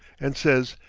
and says,